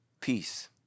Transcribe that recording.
peace